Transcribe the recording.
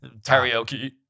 karaoke